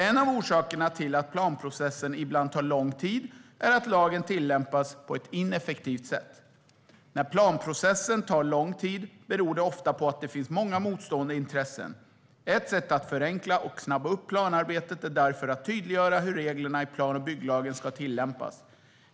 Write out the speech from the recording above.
En av orsakerna till att planprocessen ibland tar lång tid är att lagen tillämpas på ett ineffektivt sätt. När planprocessen tar lång tid beror det ofta på att det finns många motstående intressen. Ett sätt att förenkla och snabba upp planarbetet är därför att tydliggöra hur reglerna i plan och bygglagen ska tillämpas.